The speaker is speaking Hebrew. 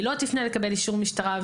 היא לא תפנה לקבל אישור משטרה.